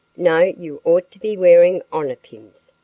no, you ought to be wearing honor pins,